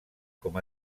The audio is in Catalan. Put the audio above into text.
com